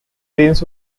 lanes